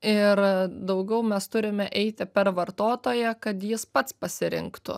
ir daugiau mes turime eiti per vartotoją kad jis pats pasirinktų